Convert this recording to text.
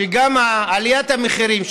גם של עליית המחירים,